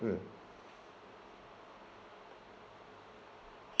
mm